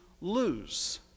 lose